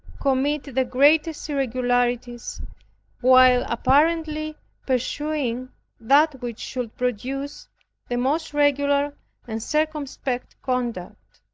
commit the greatest irregularities while apparently pursuing that which should produce the most regular and circumspect conduct.